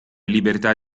libertà